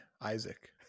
Isaac